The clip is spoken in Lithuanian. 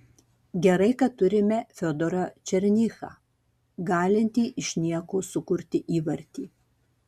gerai kad turime fiodorą černychą galintį iš nieko sukurti įvartį